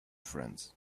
friends